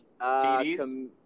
TDs